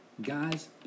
Guys